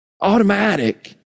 Automatic